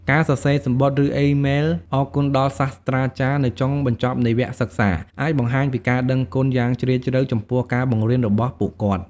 ការសរសេរសំបុត្រ ឬអ៊ីមែលអរគុណដល់សាស្រ្តាចារ្យនៅចុងបញ្ចប់នៃវគ្គសិក្សា អាចបង្ហាញពីការដឹងគុណយ៉ាងជ្រាលជ្រៅចំពោះការបង្រៀនរបស់ពួកគាត់។